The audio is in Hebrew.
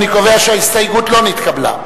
אני קובע שההסתייגות לא נתקבלה.